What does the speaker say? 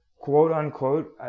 quote-unquote